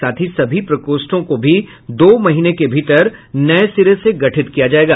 साथ ही सभी प्रकोष्ठों को भी दो महीने के भीतर नये सिरे से गठित किया जायेगा